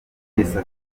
wese